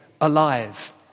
alive